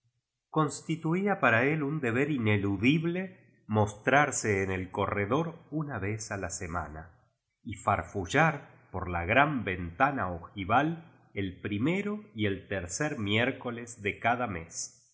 constituía para él un deber ineludible mostrarse en el corredor una ves a la se mana y farfullar por la gtan ventana ojú val el primero y el tercer miércoles de cada mea